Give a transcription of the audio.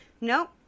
nope